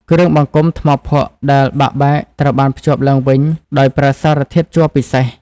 គ្រឿងបង្គុំថ្មភក់ដែលបាក់បែកត្រូវបានភ្ជាប់ឡើងវិញដោយប្រើសារធាតុជ័រពិសេស។